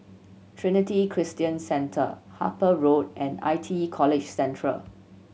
Trinity Christian Centre Harper Road and I T E College Central